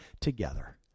together